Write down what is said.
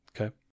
okay